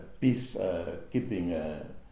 peace-keeping